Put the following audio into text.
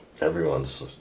everyone's